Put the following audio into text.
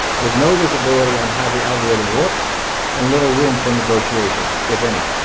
with no visibility on how the algorithm works and little room for negotiation, if any.